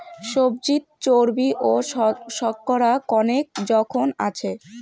সবজিত চর্বি ও শর্করা কণেক জোখন আছে